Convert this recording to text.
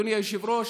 אדוני היושב-ראש,